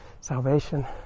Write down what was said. salvation